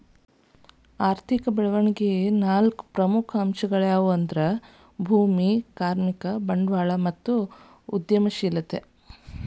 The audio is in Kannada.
ಆರ್ಥಿಕ ಬೆಳವಣಿಗೆಯ ನಾಲ್ಕು ಪ್ರಮುಖ ಅಂಶಗಳ್ಯಾವು ಅಂದ್ರ ಭೂಮಿ, ಕಾರ್ಮಿಕ, ಬಂಡವಾಳ ಮತ್ತು ಉದ್ಯಮಶೇಲತೆ